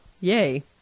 yay